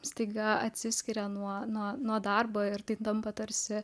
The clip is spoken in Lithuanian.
staiga atsiskiria nuo nuo darbo ir tai tampa tarsi